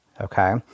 okay